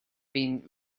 been